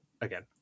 again